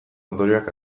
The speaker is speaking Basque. ondorioak